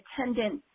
attendance